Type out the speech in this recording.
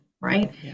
right